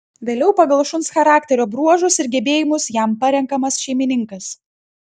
vėliau pagal šuns charakterio bruožus ir gebėjimus jam parenkamas šeimininkas